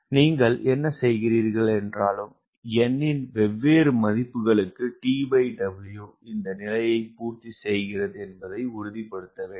நீங்கள் என்ன செய்கிறீர்கள் என்றாலும் n இன் வெவ்வேறு மதிப்புகளுக்கு TW இந்த நிலையை பூர்த்தி செய்கிறது என்பதை உறுதிப்படுத்த வேண்டும்